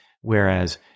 whereas